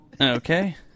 Okay